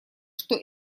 что